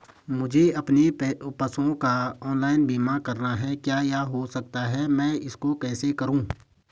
मुझे अपने पशुओं का ऑनलाइन बीमा करना है क्या यह हो सकता है मैं इसको कैसे करूँ?